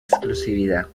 exclusividad